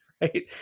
right